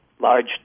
large